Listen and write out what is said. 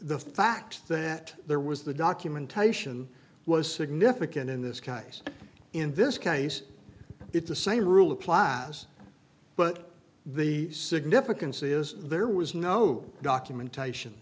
the fact that there was the documentation was significant in this case in this case it's the same rule applies but the significance is there was no documentation